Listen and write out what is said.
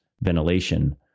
ventilation